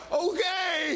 okay